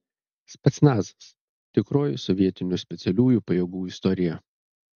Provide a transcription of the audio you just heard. specnazas tikroji sovietinių specialiųjų pajėgų istorija